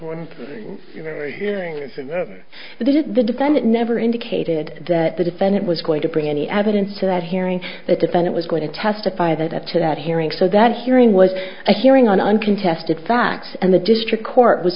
ordered that if the defendant never indicated that the defendant was going to bring any evidence to that hearing the defendant was going to testify that up to that hearing so that hearing was a hearing on uncontested facts and the district court was